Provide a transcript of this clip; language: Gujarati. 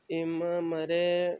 એમાં મારે